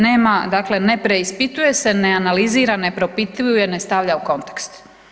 Nema dakle, ne preispituje se, ne analizira, ne propituje, ne stavlja u kontekst.